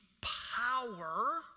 power